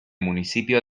municipio